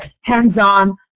hands-on